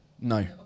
No